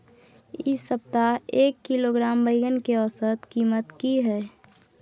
इ सप्ताह एक किलोग्राम बैंगन के औसत कीमत की हय?